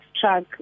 truck